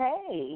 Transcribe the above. Hey